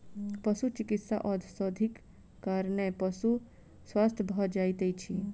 पशुचिकित्सा औषधिक कारणेँ पशु स्वस्थ भ जाइत अछि